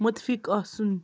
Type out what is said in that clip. مُتفِق آسُن